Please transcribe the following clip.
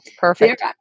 Perfect